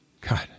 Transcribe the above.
God